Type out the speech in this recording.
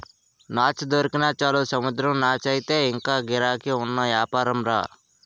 నాచు దొరికినా చాలు సముద్రం నాచయితే ఇంగా గిరాకీ ఉన్న యాపారంరా